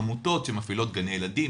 עמותות שמפעילות גני ילדים,